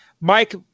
Mike